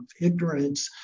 ignorance